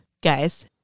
Guys